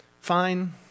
fine